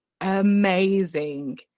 amazing